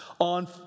on